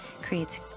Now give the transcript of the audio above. creates